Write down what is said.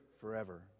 forever